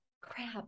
crap